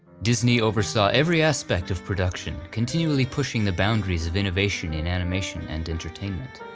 disney oversaw every aspect of production, continually pushing the boundaries of innovation in animation and entertainment,